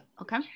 Okay